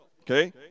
Okay